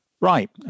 Right